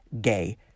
gay